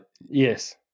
yes